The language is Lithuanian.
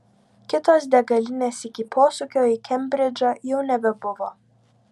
kitos degalinės iki posūkio į kembridžą jau nebebuvo